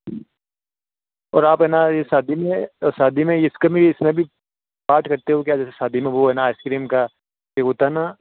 और आप हैं ना ये शादी नहीं है शादी में इसके में इसमें भी क्या जैसे शादी में वो है ना आइस क्रीम का वो होता है ना